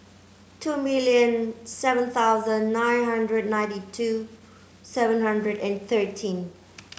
two million seven thousand nine hundred ninety two seven hundred and thirteen